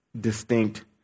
distinct